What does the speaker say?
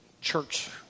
church